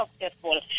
successful